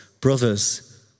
Brothers